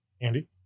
Andy